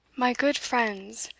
my good friends,